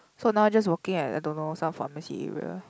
so now just working at a don't know some pharmacy area